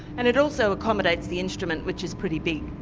and it also accommodates the instrument, which is pretty big.